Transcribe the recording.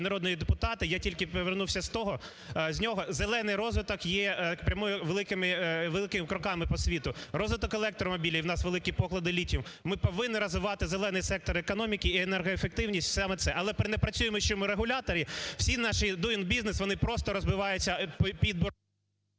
народні депутати, я тільки повернувся з нього. "Зелений розвиток" прямує великими кроками по світу. Розвиток електромобілів, і у нас великі поклади літію, ми повинні розвивати "зелений" сектор економіки, і енергоефективність саме це. Але при непрацюючому регуляторі всі наші doing business, вони просто розбиваються…